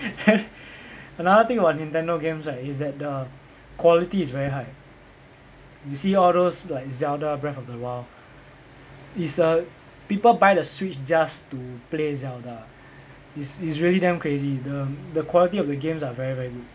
and another thing about nintendo games right is that the quality is very high you see all those like zelda breath of the wild is err people buy the switch just to play zelda it's it's really damn crazy the the quality of the games are very very good